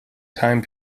time